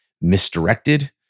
misdirected